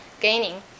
gaining